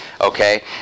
okay